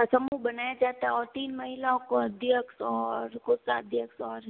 का समूह बनाया जाता है और तीन महिलाओं को अध्यक्ष और कोषाध्यक्ष और